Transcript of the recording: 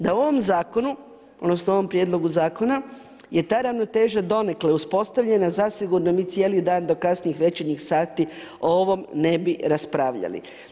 Da u ovom zakonu, odnosno ovom prijedlogu zakona je ta ravnoteža donekle uspostavljena, zasigurno mi cijeli dan do kasnih večernjih sati o ovom ne bi raspravljali.